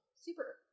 Super